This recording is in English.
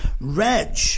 Reg